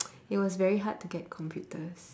it was very hard to get computers